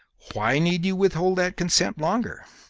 why need you withhold that consent longer?